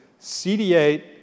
CD8